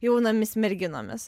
jaunomis merginomis